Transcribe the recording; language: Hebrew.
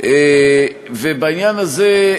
בעניין הזה,